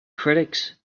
critics